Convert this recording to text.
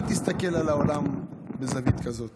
אל תסתכל על העולם בזווית כזאת